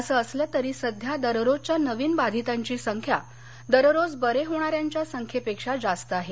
असं असलं तरी सध्या दररोजच्या नवीन बाधितांची संख्या दररोज बरे होणाऱ्यांच्या संख्येपेक्षा जास्त आहे